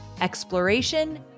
Exploration